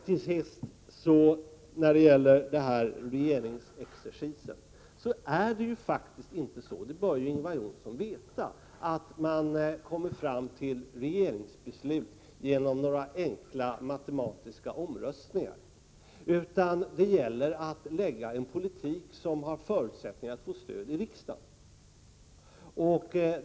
Till sist vill jag när det gäller ”regeringsexercisen” säga att det inte är så — och det bör Ingvar Johnsson veta — att man kommer fram till regeringsbeslut genom några enkla matematiska omröstningar. I stället gäller det ju att lägga fram förslag till en politik som har förutsättningar att få stöd i riksdagen.